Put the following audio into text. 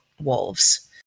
wolves